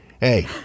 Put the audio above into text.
hey